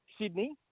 Sydney